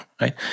right